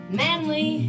manly